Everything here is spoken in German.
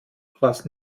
was